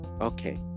Okay